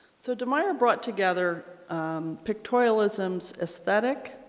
so de meyer brought together pictorialisms aesthetic